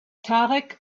tarek